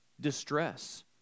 Distress